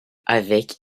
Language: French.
avec